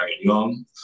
young